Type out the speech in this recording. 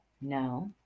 No